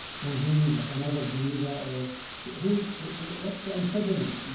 convening of another geneva or who's what's the impediment? and